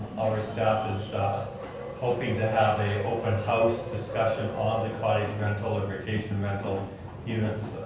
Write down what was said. our staff is hoping to have a open house discussion on the cottage rental or vacation rental units,